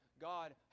God